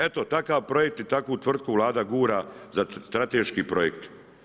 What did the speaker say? Eto takav projekt i takvu tvrtku Vlada gura za strateški projekt.